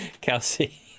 Kelsey